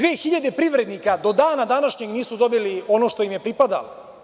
Dve hiljade privrednika do dana današnjeg nisu dobili ono što im je pripadalo.